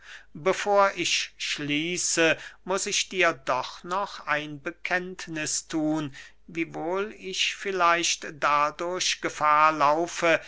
bevor ich schließe muß ich dir doch noch ein bekenntniß thun wiewohl ich vielleicht dadurch gefahr laufe